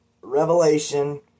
revelation